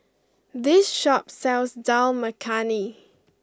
this shop sells Dal Makhani